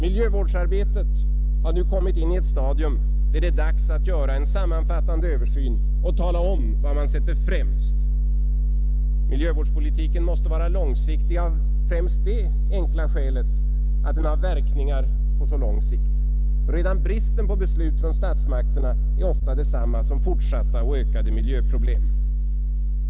Miljövårdsarbetet har nu kommit in i ett stadium där det är dags att göra en sammanfattande översyn och tala om vad man sätter främst. Miljövårdspolitiken måste vara långsiktig av främst det enkla skälet att den har verkningar på så lång sikt. Redan bristen på beslut från statsmakterna är ofta detsamma som fortsatta och ökade miljöproblem.